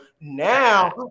Now